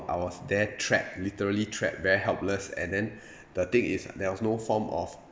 I was there trapped literally trapped very helpless and then the thing is there was no form of